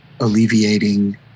alleviating